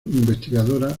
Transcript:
investigadora